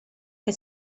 che